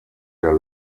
der